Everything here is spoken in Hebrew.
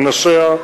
אנשיה,